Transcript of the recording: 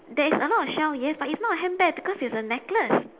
there is a lot of shell yes but it's not a handbag because it's a necklace